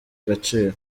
agaciro